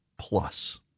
plus